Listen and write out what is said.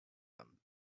them